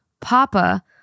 Papa